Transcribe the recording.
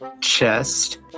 chest